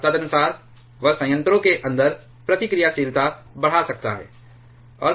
और तदनुसार वह संयंत्रों के अंदर प्रतिक्रियाशीलता बढ़ा सकता है